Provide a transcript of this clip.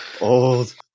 Old